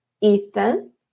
Ethan